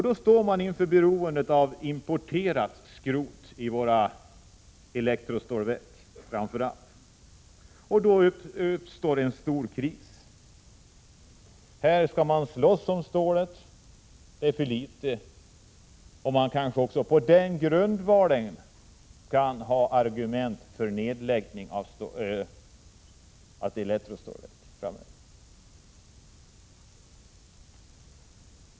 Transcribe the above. Då står man inför beroendet av importerat skrot, framför allt till våra elektrostålverk, och det uppstår en stor kris. Man skall slåss om stålet — det finns för litet — och på den grundvalen kan argument anföras för en nedläggning av elektrostålverk i en framtid.